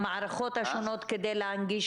נקודה